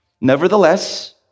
Nevertheless